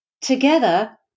Together